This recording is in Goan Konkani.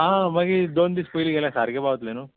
आं मागीर दोन दीस पयलीं गेल्यार सारके पावतले न्हू